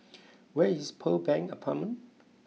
where is Pearl Bank Apartment